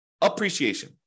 appreciation